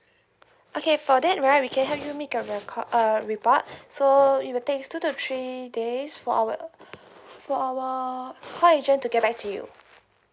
okay for that right we can help you make a record uh report so it will take two to three days for our for our call agent to get back to you